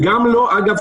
אגב,